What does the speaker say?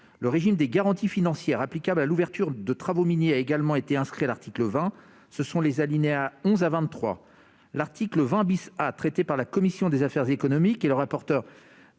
Le régime des garanties financières applicable à l'ouverture de travaux miniers a également été inscrit aux alinéas 11 à 23 de l'article 20. L'article 20 A, traité par la commission des affaires économiques et son rapporteur